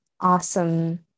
Awesome